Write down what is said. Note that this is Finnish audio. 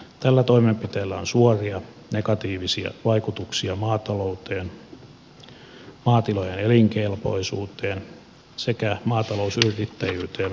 tällä toimenpiteellä on suoria negatiivisia vaikutuksia maatalouteen maatilojen elinkelpoisuuteen sekä maatalousyrittäjyyteen maassamme